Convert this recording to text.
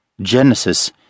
Genesis